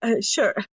sure